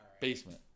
basement